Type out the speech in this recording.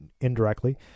indirectly